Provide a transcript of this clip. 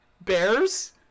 bears